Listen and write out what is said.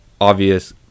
obvious